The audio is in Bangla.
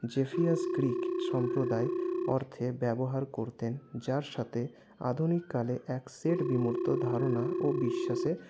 জেফিরাস গ্রিক সম্প্রদায় অর্থে ব্যবহার করতেন যার সাথে আধুনিককালে এক সের বিমূর্ত ধারণা ও বিশ্বাসের